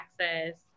access